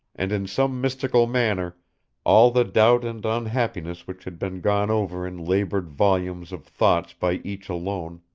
and in some mystical manner all the doubt and unhappiness which had been gone over in labored volumes of thoughts by each alone,